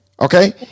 okay